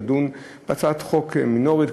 הצעת חוק מינורית,